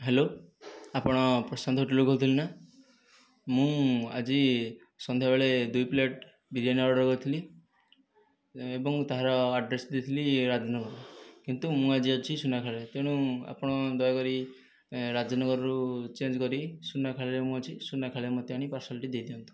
hello ଆପଣ ପ୍ରଶାନ୍ତ ହୋଟେଲରୁ କହୁଥିଲେ ନା ମୁଁ ଆଜି ସନ୍ଧ୍ୟାବେଳେ ଦୁଇ ପ୍ଲେଟ୍ ବିରିୟାନୀ ଅର୍ଡ଼ର କରିଥିଲି ଏବଂ ତାହାର ଆଡ୍ରେସ ଦେଇଥିଲି ରାଜନଗର କିନ୍ତୁ ମୁଁ ଆଜି ଅଛି ସୁନାଖେଳାରେ ତେଣୁ ଆପଣ ଦୟାକରି ରାଜନଗରରୁ ଚେଞ୍ଜ୍ କରି ସୁନା ଖେଳାରେ ମୁଁ ଅଛି ସୁନାଖେଳାରେ ମୋତେ ଆଣି ପାର୍ସଲଟି ଦେଇ ଦିଅନ୍ତୁ